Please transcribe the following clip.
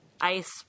ice